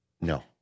No